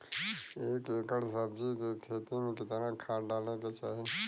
एक एकड़ सब्जी के खेती में कितना खाद डाले के चाही?